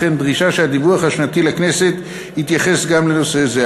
וכן דרישה שהדיווח השנתי לכנסת יתייחס גם לנושא הזה.